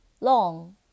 Long